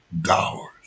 dollars